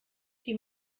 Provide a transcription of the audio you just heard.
die